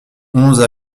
onze